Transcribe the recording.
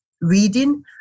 reading